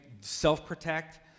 self-protect